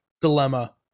dilemma